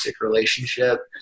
relationship